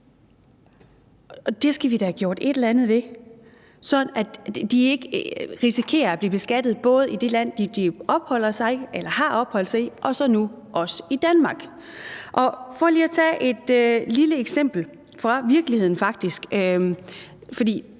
Det skal vi da have gjort et eller andet ved, sådan at de ikke risikerer at blive beskattet både i det land, de har opholdt sig i, og så nu også i Danmark. For lige at tage et lille eksempel fra virkeligheden: